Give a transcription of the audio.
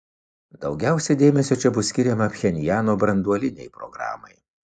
daugiausiai dėmesio čia bus skiriama pchenjano branduolinei programai